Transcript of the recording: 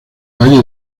valle